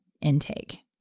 intake